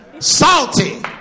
Salty